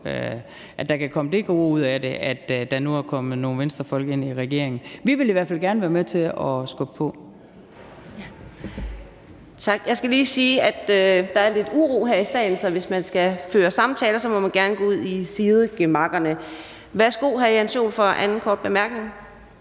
mindste kan komme det gode ud af det, at der nu er kommet nogle Venstrefolk ind i regeringen. Vi vil i hvert fald gerne være med til at skubbe på. Kl. 14:35 Fjerde næstformand (Karina Adsbøl): Tak. Jeg skal lige sige, at der er lidt uro her i salen, og at hvis man skal føre samtaler, må man gerne gå ud i sidegemakkerne. Værsgo til hr. Jens Joel for den anden korte bemærkning.